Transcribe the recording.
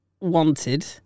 wanted